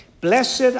Blessed